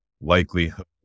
likelihood